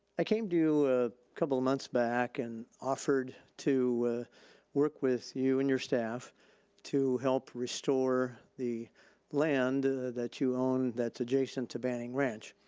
i came to you a couple months back and offered to work with you and your staff to help restore the land that you own that's adjacent to banning ranch.